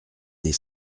des